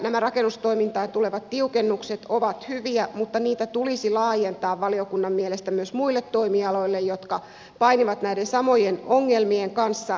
nämä rakennustoimintaan tulevat tiukennukset ovat hyviä mutta niitä tulisi laajentaa valiokunnan mielestä myös muille toimialoille jotka painivat näiden samojen ongelmien kanssa